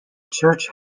church